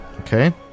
Okay